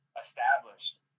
established